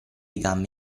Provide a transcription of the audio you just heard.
gambe